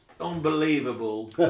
unbelievable